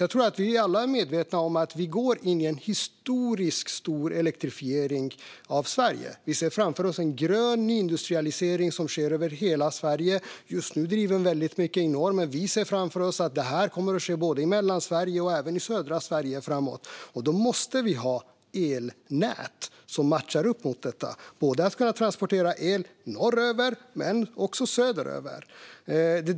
Jag tror att alla är medvetna om att vi går in i en historiskt stor elektrifiering av Sverige. Vi ser framför oss en grön nyindustrialisering över hela Sverige. Just nu drivs den väldigt mycket i norr, men vi ser framför oss att det kommer att ske även i Mellansverige och södra Sverige framöver. Då måste vi ha elnät som matchar mot detta. Det gäller att kunna transportera el norröver men också söderöver.